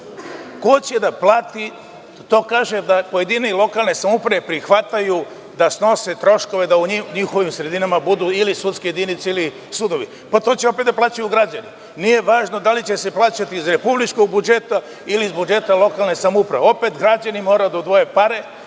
ko će to da plati? Kažu da pojedine lokalne samouprave prihvataju da snose troškove da u njihovim sredinama budu ili sudske jedinice ili sudovi. To će opet da plaćaju građani. Nije važno da li će se plaćati iz republičkog budžeta ili iz budžeta lokalne samouprave, jer opet građani moraju da odvoje pare